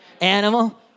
Animal